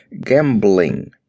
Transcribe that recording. gambling